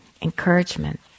encouragement